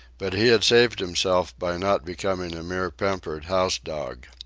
but he had saved himself by not becoming a mere pampered house-dog.